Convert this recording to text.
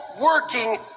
working